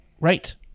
right